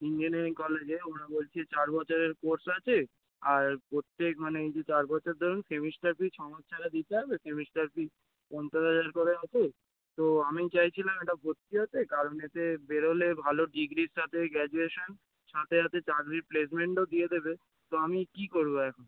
engineering কলেজে ওরা বলছ চার বছরের কোর্স আছে আর প্রত্যেক মানে এই যে চার বছর ধরুন সেমিস্টার ফিস ছ হাজার দিতে হবে সেমিস্টার ফিস পঞ্চাশ হাজার করে আছে তো আমি চাইছিলাম এটা ভর্তি হতে কারণ এতে বেরোলে ভালো ডিগ্রির সাথে গ্র্যাজুয়েশান সাথে সাথতে চাকরি প্লেসমেন্টও দিয়ে দেবে তো আমি কি করবো এখন